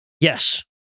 Yes